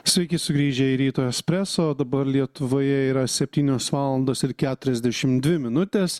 sveiki sugrįžę į ryto espreso dabar lietuvoje yra septynios valandos ir keturiasdešim dvi minutės